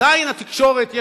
עדיין התקשורת,